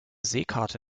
seekarte